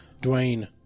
Dwayne